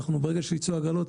ברגע שייצאו ההגרלות,